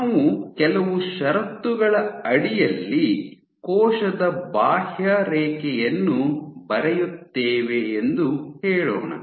ನಾವು ಕೆಲವು ಷರತ್ತುಗಳ ಅಡಿಯಲ್ಲಿ ಕೋಶದ ಬಾಹ್ಯರೇಖೆಯನ್ನು ಬರೆಯುತ್ತೇವೆ ಎಂದು ಹೇಳೋಣ